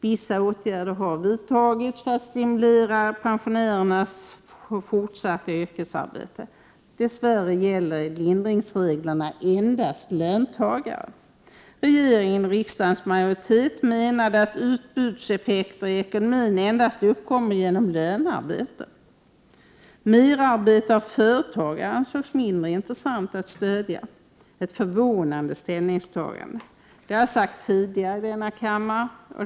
Vissa åtgärder har vidtagits för att stimulera pensionärerna till fortsatt yrkesarbete. Dess värre gäller lindringsreglerna endast löntagare. Regeringen och riksdagens majoritet menade att utbudseffekter i ekonomin endast uppkom genom ökat lönearbete. Merarbete utfört av företagare ansågs mindre intressant att stödja. Det var ett förvånande ställningstagande. Det har jag sagt i denna kammare tidigare.